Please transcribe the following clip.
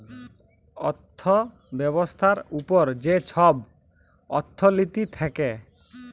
অথ্থ ব্যবস্থার উপর যে ছব অথ্থলিতি থ্যাকে